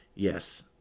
Yes